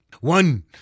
One